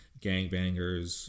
gangbangers